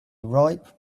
ripe